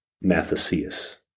Mathesius